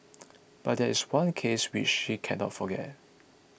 but there is one case which she cannot forget